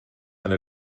eine